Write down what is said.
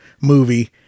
movie